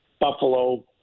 Buffalo